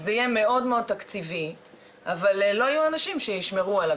זה יהיה מאוד תקציבי אבל לא יהיו אנשים שישמרו על הגבולות,